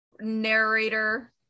narrator